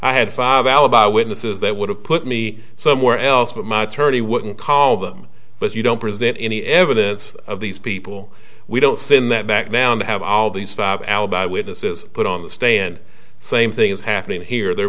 i had five alibi witnesses that would have put me somewhere else but my attorney wouldn't call them but you don't present any evidence of these people we don't sin that now and have all these alibi witnesses put on the stand same thing is happening here there